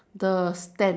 the stand